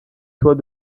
toit